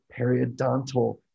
periodontal